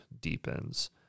deepens